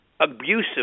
abusive